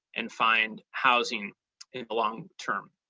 and find housing in the long term.